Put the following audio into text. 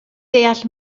deall